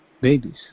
Babies